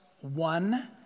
one